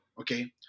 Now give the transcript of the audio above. okay